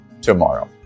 tomorrow